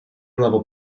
level